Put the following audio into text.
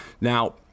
Now